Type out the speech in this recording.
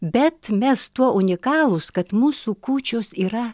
bet mes tuo unikalūs kad mūsų kūčios yra